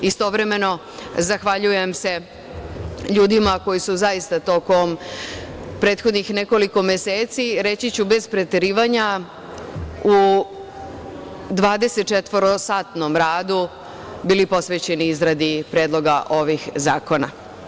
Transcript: Istovremeno, zahvaljujem se ljudima koji su zaista tokom prethodnih nekoliko meseci, reći ću, bez preterivanja, u dvadesetčetvorosatnom radu bili posvećeni izradi predloga ovih zakona.